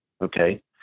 Okay